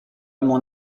mon